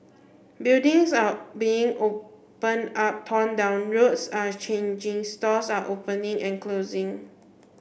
buildings are being opened up torn down roads are changing stores are opening and closing